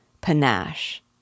panache